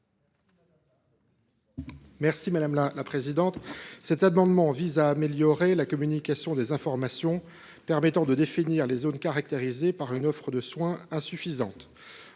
M. Olivier Bitz. Cet amendement a pour objet d’améliorer la communication des informations permettant de définir les zones caractérisées par une offre de soins insuffisante.